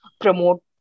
promote